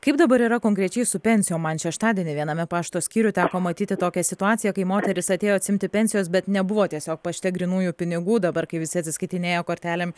kaip dabar yra konkrečiai su pensijom man šeštadienį viename pašto skyriuj teko matyti tokią situaciją kai moteris atėjo atsiimti pensijos bet nebuvo tiesiog pašte grynųjų pinigų dabar kai visi atsiskaitinėja kortelėm